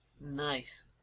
Nice